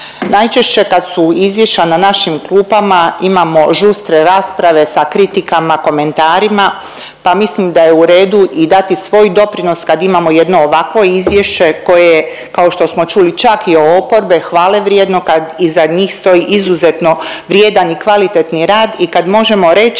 najčešće kad su izvješća na našim klupama imamo žustre rasprave sa kritikama, komentarima pa mislim da je u redu i dati svoj doprinos kad imamo jedno ovakvo izvješće koje je kao što čuli čak i od oporbe hvalevrijedno kad iza njih stoji izuzetno stoji vrijedan i kvalitetni rad i kad možemo reći,